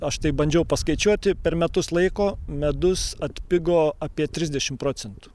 aš taip bandžiau paskaičiuoti per metus laiko medus atpigo apie trisdešim procentų